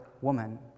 woman